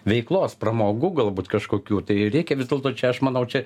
veiklos pramogų galbūt kažkokių tai reikia vis dėlto čia aš manau čia